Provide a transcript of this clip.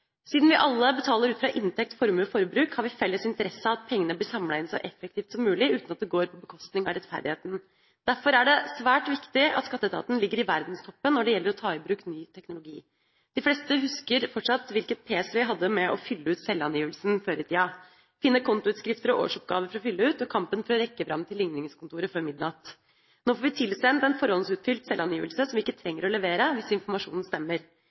Siden vi alle betaler ut fra inntekt, formue og forbruk, har vi felles interesse av at pengene blir samlet inn så effektivt som mulig, uten at det går på bekostning av rettferdigheten. Derfor er det svært viktig at skatteetaten ligger i verdenstoppen når det gjelder å ta i bruk ny teknologi. De fleste husker fortsatt hvilket pes vi hadde med å fylle ut selvangivelsen før i tida, finne kontoutskrifter og årsoppgaver for å fylle ut og kampen for å rekke fram til likningskontoret før midnatt. Nå får vi tilsendt en forhåndsutfylt selvangivelse som vi ikke trenger å levere, hvis informasjonen stemmer.